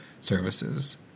Services